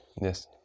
Yes